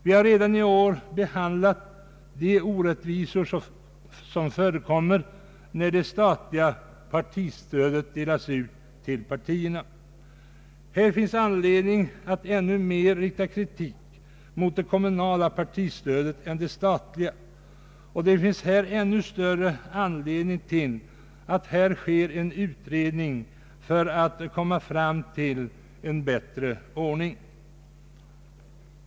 Vi har även i år behandlat de orättvisor som förekommer när det statliga partistödet delas ut till partierna, Det finns anledning att ännu mer rikta kritik mot det kommunala partistödet än mot det statliga, och där finns ännu större anledning att göra en utredning för att komma fram till en bättre ordning.